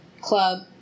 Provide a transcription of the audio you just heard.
club